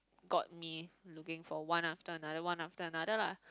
got me looking for one after another one after another lah